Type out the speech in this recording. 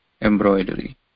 embroidery